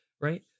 right